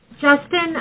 Justin